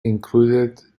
included